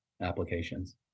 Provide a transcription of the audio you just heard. applications